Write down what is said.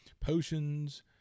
Potions